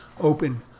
Open